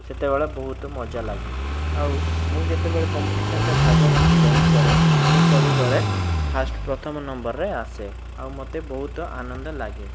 ସେତେବେଳେ ବହୁତ ମଜା ଲାଗେ ଆଉ ମୁଁ ଯେତେବେଳେ କମ୍ପିଟିସନରେ ଭାଗ ନେଇକି ଡ଼୍ୟାନ୍ସ କରେ ମୁଁ ସବୁବେଳେ ଫାଷ୍ଟ ପ୍ରଥମ ନମ୍ବରରେ ଆସେ ଆଉ ମୋତେ ବହୁତ ଆନନ୍ଦ ଲାଗେ